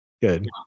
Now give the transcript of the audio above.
good